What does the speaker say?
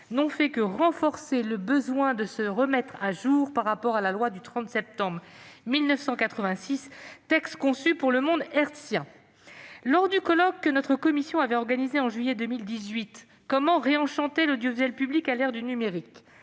n'ont fait que renforcer le besoin de se remettre à jour par rapport à la loi du 30 septembre 1986, texte conçu pour le monde hertzien. Lors du colloque que notre commission avait organisé en juillet 2018, intitulé « Comment réenchanter l'audiovisuel public à l'heure du numérique ?